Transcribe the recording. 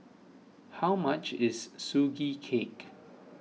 how much is Sugee Cake